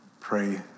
pray